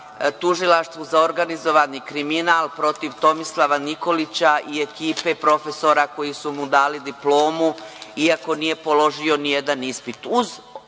Tužilaštvu za organizovani kriminal protiv Tomislava Nikolića i ekipe profesora koji su mu dali diplomu iako nije položio nijedan ispit? Uz prijavu